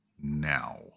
now